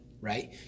right